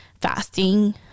fasting